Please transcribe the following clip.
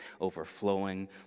overflowing